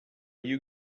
you